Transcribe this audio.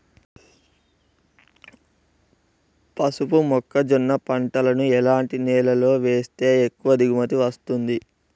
పసుపు మొక్క జొన్న పంటలను ఎలాంటి నేలలో వేస్తే ఎక్కువ దిగుమతి వస్తుంది?